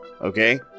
okay